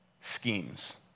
Schemes